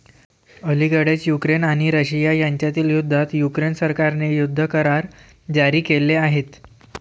अलिकडेच युक्रेन आणि रशिया यांच्यातील युद्धात युक्रेन सरकारने युद्ध करार जारी केले आहेत